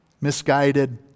misguided